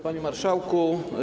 Panie Marszałku!